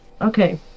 Okay